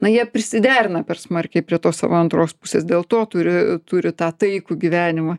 na jie prisiderina per smarkiai prie tos antros pusės dėl to turi turi tą taikų gyvenimą